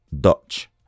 Dutch